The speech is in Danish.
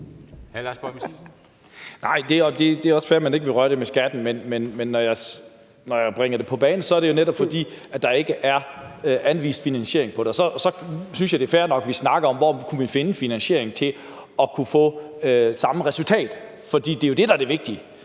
er også fair, at man ikke vil røre ved skatten. Men når jeg bringer det på bane, er det netop, fordi der ikke er anvist finansiering på det. Og så synes jeg, det er fair nok, at vi snakker om, hvor vi kunne finde finansieringen til at kunne få det samme resultat. For det er jo det, der er det vigtige.